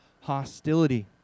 hostility